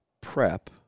Prep